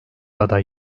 aday